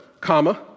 comma